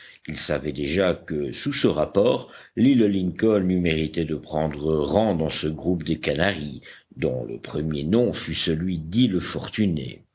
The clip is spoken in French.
ils savaient déjà que sous ce rapport l'île lincoln eût mérité de prendre rang dans ce groupe des canaries dont le premier nom fut celui d'îles fortunées